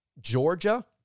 Georgia